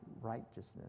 righteousness